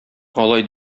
алай